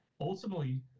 Ultimately